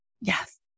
Yes